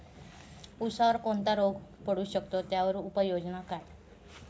ऊसावर कोणता रोग पडू शकतो, त्यावर उपाययोजना काय?